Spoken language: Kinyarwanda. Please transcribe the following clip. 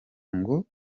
ngo